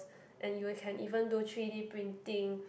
and you will can even do three-d printing